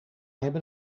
hebben